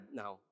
now